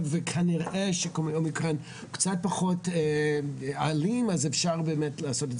וכנראה שווריאנט האומיקרון הוא קצת פחות אלים אז אפשר באמת לעשות את